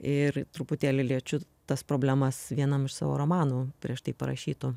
ir truputėlį liečiu tas problemas vienam iš savo romanų prieš tai parašytų